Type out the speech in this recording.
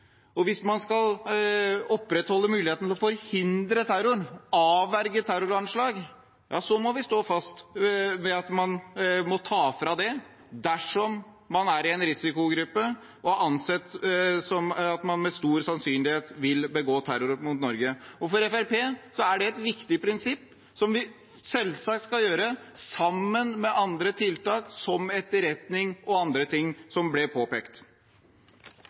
terror. Hvis vi skal opprettholde muligheten til å forhindre terror, avverge terroranslag, ja, så må vi stå fast ved at man må fratas statsborgerskapet dersom man er i en risikogruppe og det anses som at man med stor sannsynlighet vil begå terror mot Norge. For Fremskrittspartiet er dette et viktig prinsipp, som vi selvsagt skal gjøre sammen med andre tiltak, slik som etterretning og andre ting, som ble påpekt.